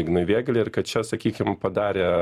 ignui vėgėlei ir kad čia sakykim padarė